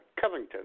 Covington